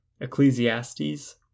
Ecclesiastes